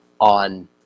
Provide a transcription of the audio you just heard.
on